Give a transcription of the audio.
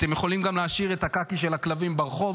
אתם גם יכולים להשאיר את הקקי של הכלבים ברחוב,